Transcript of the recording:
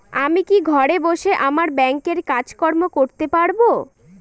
আমি কি ঘরে বসে আমার ব্যাংকের কাজকর্ম করতে পারব?